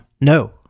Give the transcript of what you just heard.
No